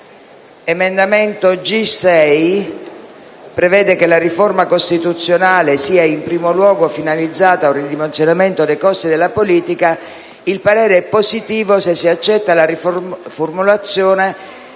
del giorno G106 prevede che «la riforma costituzionale sia in primo luogo finalizzata ad un ridimensionamento dei costi della politica». Il parere è favorevole se si accetta la seguente riformulazione: